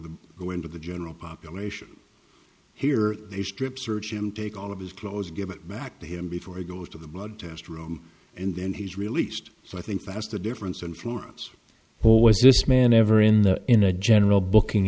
the go into the general population here they strip searched him take all of his clothes give it back to him before he goes to the blood test room and then he's released so i think that's the difference in florence always this man ever in there in a general booking